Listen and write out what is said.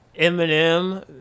Eminem